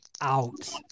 out